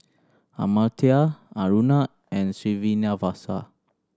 Amartya Aruna and Srinivasa